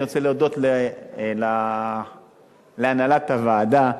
אני רוצה להודות להנהלת הוועדה.